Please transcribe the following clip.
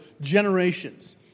generations